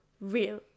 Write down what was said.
real